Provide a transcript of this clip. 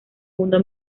mundo